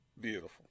Beautiful